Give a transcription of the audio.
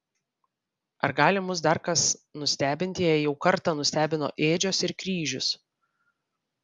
ar gali mus dar kas nustebinti jei jau kartą nustebino ėdžios ir kryžius